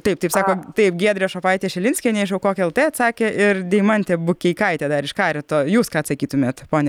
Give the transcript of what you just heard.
taip taip sako taip giedrė šopaitė šilinskienė iš aukok lt atsakė ir deimantė bukeikaitė dar iš karito jūs ką atsakytumėt ponia